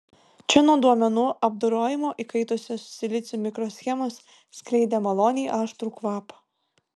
čia nuo duomenų apdorojimo įkaitusios silicio mikroschemos skleidė maloniai aštrų kvapą